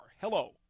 Hello